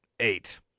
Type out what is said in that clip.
Eight